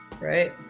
Right